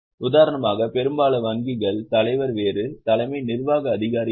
உதாரணமாக பெரும்பாலான வங்கிகள் தலைவர் வேறு தலைமை நிர்வாக அதிகாரி வேறு